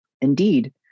Indeed